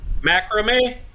macrame